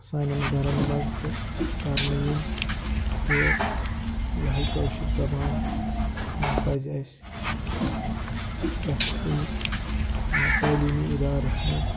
سانٮ۪ن گَرَن منٛز تہِ کَرنہٕ یِنۍ تہٕ یِہوٚے کٲشِر زَبان پَزِ اَسہِ پرٛٮ۪تھ کُنہِ تٲلیٖمی اِدارَس منٛز